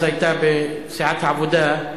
אז היתה בסיעת העבודה,